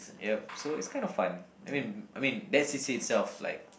yup so it's kind of fun I mean I mean that's c_c_a itself like